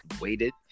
waited